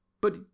But